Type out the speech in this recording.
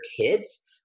kids